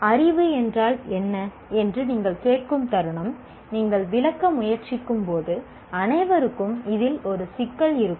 அறிவு என்றால் என்ன என்று நீங்கள் கேட்கும் தருணம் நீங்கள் விளக்க முயற்சிக்கும்போது அனைவருக்கும் அதில் ஒரு சிக்கல் இருக்கும்